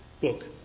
book